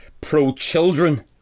pro-children